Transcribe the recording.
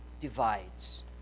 divides